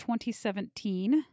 2017